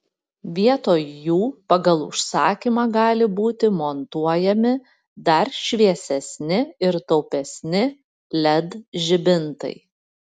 vietoj jų pagal užsakymą gali būti montuojami dar šviesesni ir taupesni led žibintai